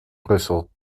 brussel